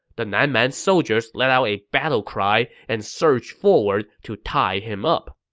the nan man soldiers let out a battle cry and surged forward to tie him up